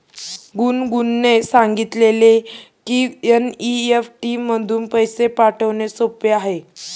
गुनगुनने सांगितले की एन.ई.एफ.टी मधून पैसे पाठवणे सोपे आहे